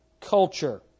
culture